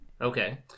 Okay